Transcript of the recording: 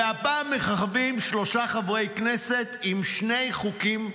והפעם מככבים שלושה חברי כנסת עם שני חוקים הזויים,